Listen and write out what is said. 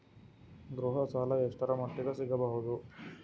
ಗೃಹ ಸಾಲ ಎಷ್ಟರ ಮಟ್ಟಿಗ ಸಿಗಬಹುದು?